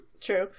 True